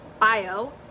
bio